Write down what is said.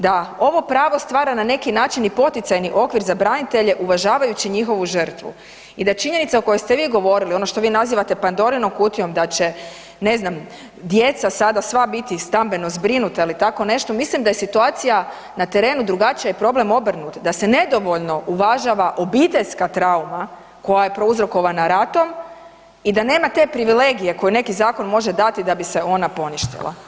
Da ovo pravo stvara na neki način i poticajni okvir za branitelje uvažavajući njihovu žrtvu i da je činjenica o kojoj ste vi govorili, ono što vi nazivate Pandorinom kutijom, da će ne znam, djeca sada sva biti stambeno zbrinuta ili tako nešto, mislim da je situacija na terenu drugačija i problem obrnut, da se nedovoljno uvažava obiteljska trauma koja je prouzrokovana ratom i da nema te privilegije koju neki zakon može dati da bi se ona poništila.